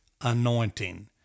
anointing